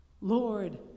Lord